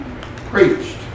preached